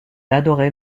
adorait